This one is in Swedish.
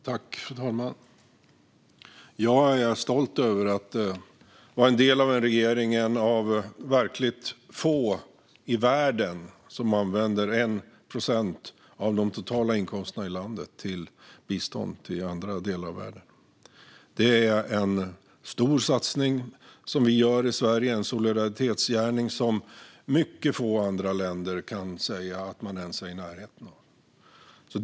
Fru talman! Jag är stolt över att vara en del av en regering - en av verkligt få i världen - som använder 1 procent av de totala inkomsterna i landet till bistånd till andra delar av världen. Det är en stor satsning som vi gör i Sverige, en solidaritetsgärning som mycket få andra länder kan säga att de ens är i närheten av.